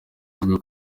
avuga